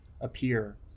appear